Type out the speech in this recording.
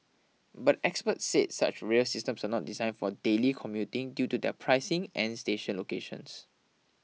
but experts said such rail systems are not design for daily commuting due to their pricing and station locations